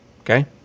okay